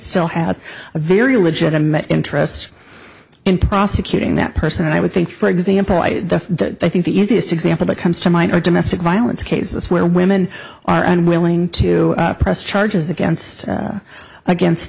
still has a very legitimate interest in prosecuting that person and i would think for example the i think the easiest example that comes to mind are domestic violence cases where women are unwilling to press charges against against